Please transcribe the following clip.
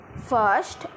first